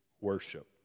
worship